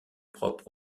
propre